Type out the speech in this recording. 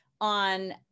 on